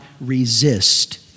resist